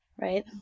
Right